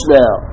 now